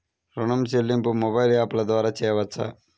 ఋణం చెల్లింపు మొబైల్ యాప్ల ద్వార చేయవచ్చా?